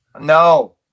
No